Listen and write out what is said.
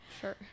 Sure